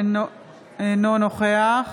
אינו נוכח